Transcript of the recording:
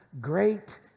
great